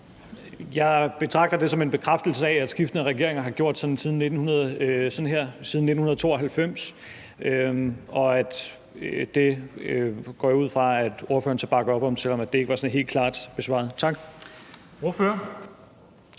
Jeg betragter det som en bekræftelse af, at skiftende regeringer har gjort sådan her siden 1992. Det går jeg ud fra at ordføreren bakker op om, selv om det ikke var helt klart i svaret. Tak.